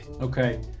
Okay